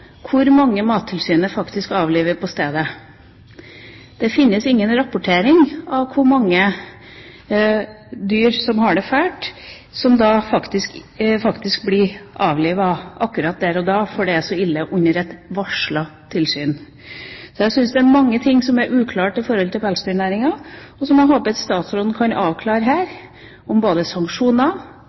hvor mange dyr Mattilsynet faktisk avliver på stedet. Det fins ingen rapportering om hvor mange dyr som har det fælt, og hvor mange som faktisk blir avlivet der og da fordi det er så ille under det varslede tilsynet. Jeg syns det er mange ting som er uklart innen pelsdyrnæringen. Jeg håper statsråden kan avklare både sanksjoner